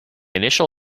initial